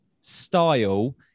style